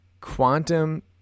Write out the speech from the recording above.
quantum